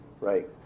right